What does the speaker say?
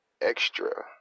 extra